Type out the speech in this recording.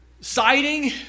siding